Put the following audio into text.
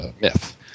myth